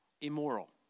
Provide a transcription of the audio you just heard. immoral